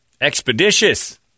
Expeditious